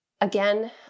again